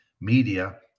media